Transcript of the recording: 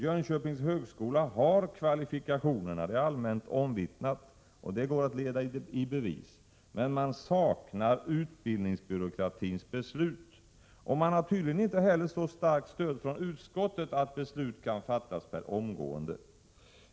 Jönköpings högskola har kvalifikationerna — det är allmänt omvittnat och går att leda i bevis — men saknar utbildningsbyråkratins beslut, och har tydligen inte heller så starkt stöd från utskottet att beslut kan fattas per omgående.